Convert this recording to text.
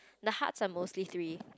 the hearts are mostly three